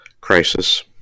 crisis